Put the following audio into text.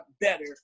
better